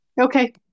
Okay